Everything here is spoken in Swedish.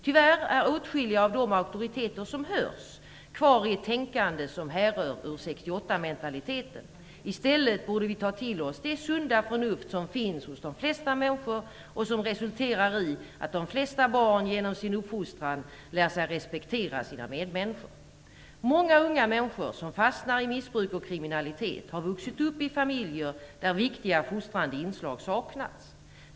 Tyvärr är åtskilliga av de auktoriteter som hörs kvar i ett tänkande som härrör ur 68-mentaliteten. Vi borde i stället ta till oss det sunda förnuft som finns hos de flesta människor och som resulterar i att de flesta barn genom sin uppfostran lär sig respektera sina medmänniskor. Många unga människor som fastnar i missbruk och kriminalitet har vuxit upp i familjer där viktiga fostrande inslag saknats.